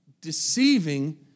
Deceiving